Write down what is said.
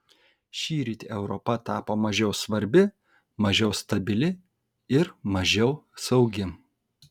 šįryt europa tapo mažiau svarbi mažiau stabili ir mažiau saugi